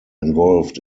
involved